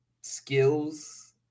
skills